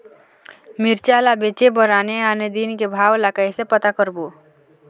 मिरचा ला बेचे बर आने आने दिन के भाव ला कइसे पता करबो?